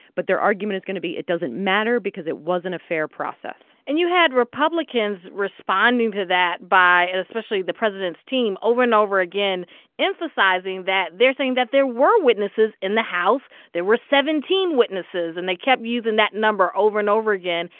but their argument is going to be, it doesn't matter because it wasn't a fair process and you had republicans responding to that by especially the president's team over and over again emphasizing that they're saying that there were witnesses in the house. there were seventeen witnesses. and they kept using that number over and over again.